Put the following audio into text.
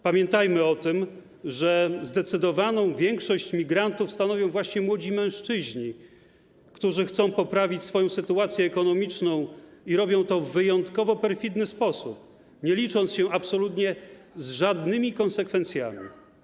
Pamiętajmy o tym, że zdecydowaną większość migrantów stanowią właśnie młodzi mężczyźni, którzy chcą poprawić swoją sytuację ekonomiczną i robią to w wyjątkowo perfidny sposób, nie licząc się absolutnie z żadnymi konsekwencjami.